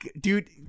dude